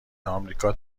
آمریکا